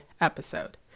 episode